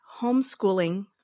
homeschooling